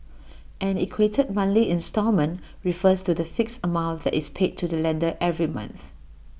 an equated monthly instalment refers to the fixed amount that is paid to the lender every month